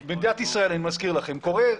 אני מזכיר לכם, אנחנו במדינת ישראל וזה קורה.